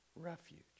refuge